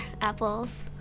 apples